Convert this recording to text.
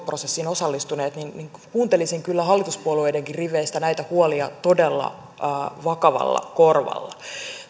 prosessiin osallistuneet niin kuuntelisin kyllä hallituspuolueidenkin riveistä näitä huolia todella vakavalla korvalla